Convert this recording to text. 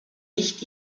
nicht